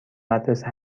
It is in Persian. مدرسه